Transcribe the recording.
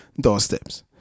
doorsteps